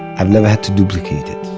i've never had to duplicate it.